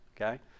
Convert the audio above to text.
Okay